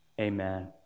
Amen